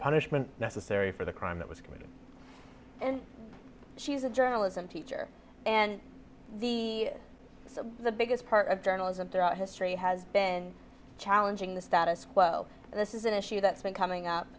punishment necessary for the crime that was committed and she's a journalism teacher and the the biggest part of journalism throughout history has been challenging the status quo and this is an issue that's been coming up